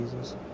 Jesus